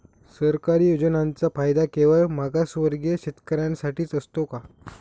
सरकारी योजनांचा फायदा केवळ मागासवर्गीय शेतकऱ्यांसाठीच असतो का?